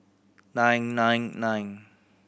nine nine nine